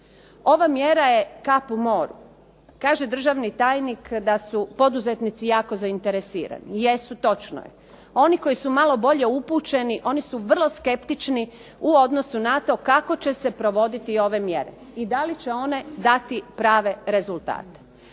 Ova mjera je kap u moru. Kaže državni tajnik da su poduzetnici jako zainteresirani i jesu, točno je. Oni koji su malo bolje upućeni oni su vrlo skeptični u odnosu na to kako će se provoditi ove mjere i da li će one dati prave rezultate.